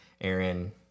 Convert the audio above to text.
Aaron